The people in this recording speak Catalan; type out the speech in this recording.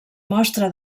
mostra